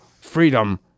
freedom